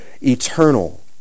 eternal